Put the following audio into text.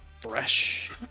fresh